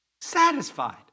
Satisfied